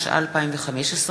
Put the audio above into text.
התשע"ה 2015,